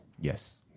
Yes